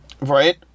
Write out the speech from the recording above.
Right